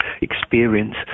experience